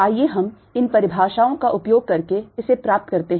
आइए हम इन परिभाषाओं का उपयोग करके इसे प्राप्त करते हैं